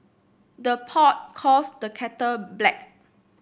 the pot calls the kettle black